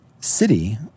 city